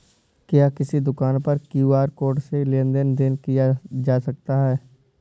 क्या किसी दुकान पर क्यू.आर कोड से लेन देन देन किया जा सकता है?